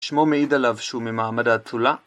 שמו מעיד עליו שהוא ממעמד האצולה